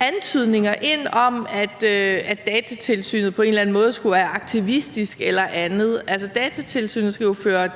antydninger ind om, at Datatilsynet på en eller anden måde skulle være aktivistisk eller andet. Datatilsynet skal jo føre